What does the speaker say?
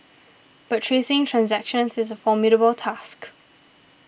but tracing transactions is a formidable task